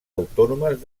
autònomes